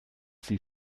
sie